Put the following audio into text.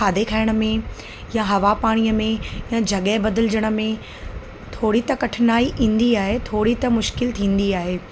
खादे खाइण में या हवा पाणीअ में या जॻह बदलजण में थोरी त कठिनाई ईंदी आहे थोरी त मुश्किल थींदी आहे